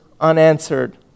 unanswered